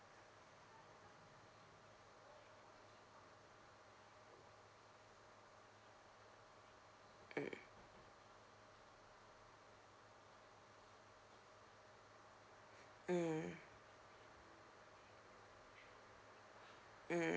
mm mm mm